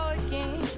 again